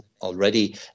already